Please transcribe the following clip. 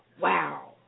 Wow